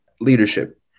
Leadership